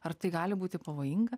ar tai gali būti pavojinga